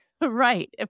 Right